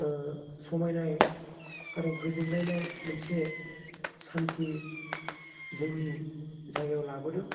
समायनाय आरो गोजोनलायनाय मोनसे सानथि जोंनि जायगायाव लाबोदों